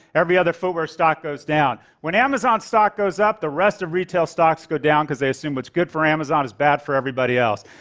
every other footwear stock goes down. when amazon stock goes up, the rest of retail stocks go down, because they assume what's good for amazon is bad for everybody else.